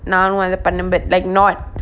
நானும் அத பண்ணன்:nanum atha pannan but like not